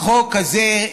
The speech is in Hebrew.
החוק הזה,